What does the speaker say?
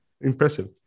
Impressive